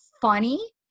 funny